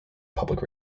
public